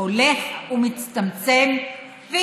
הולך ומצטמצם נא לסכם.